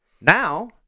Now